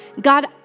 God